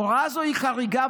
הוראה זו היא חריגה,